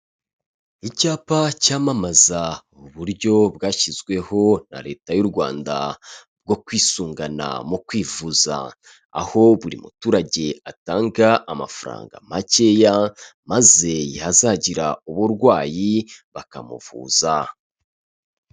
Icyapa cyamamaza uburyo bwashyizweho na leta y'u Rwanda bwo kwisungana mu kwivuza, aho buri muturage atanga amafaranga makeya, maze yazagira uburwayi bakamuvuza.